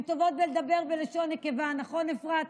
הן טובות בלדבר בלשון נקבה, נכון, אפרת?